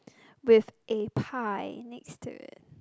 with a pie next to it